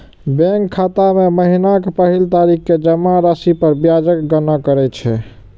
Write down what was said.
bank खाता मे महीनाक पहिल तारीख कें जमा राशि पर ब्याजक गणना करै छै